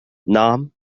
نعم